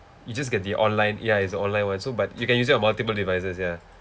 he just get the online ya it's online [one] so but you can use it on multiple devices ya